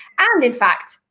and in fact,